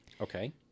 Okay